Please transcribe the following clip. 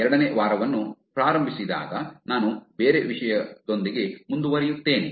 2 ನೇ ವಾರವನ್ನು ಪ್ರಾರಂಭಿಸಿದಾಗ ನಾನು ಬೇರೆ ವಿಷಯದೊಂದಿಗೆ ಮುಂದುವರಿಯುತ್ತೇನೆ